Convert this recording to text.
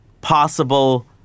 possible